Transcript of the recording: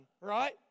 right